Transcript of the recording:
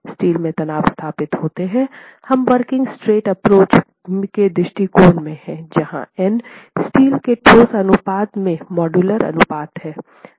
steel के तनाव स्थापित होते हैं हम वर्किंग स्ट्रेस एप्रोच के दृष्टिकोण में हैं यहाँ n स्टील के ठोस अनुपात में मॉड्यूलर अनुपात हैं